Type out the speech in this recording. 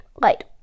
Light